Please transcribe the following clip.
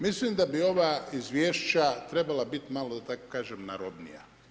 Mislim da bi ova izvješća trebala biti malo, da tako kažem, narodnija.